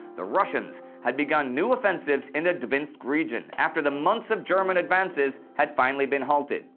the russians had begun new offensives in the dvinsk region after the months of german advances had finally been halted.